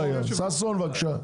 ששון, בבקשה.